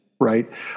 right